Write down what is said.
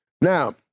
Now